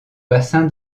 bassin